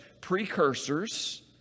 precursors